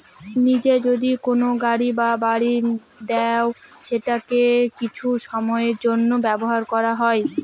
নিজে যদি কোনো গাড়ি বা বাড়ি দেয় সেটাকে কিছু সময়ের জন্য ব্যবহার করা হয়